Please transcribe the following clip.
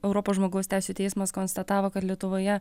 europos žmogaus teisių teismas konstatavo kad lietuvoje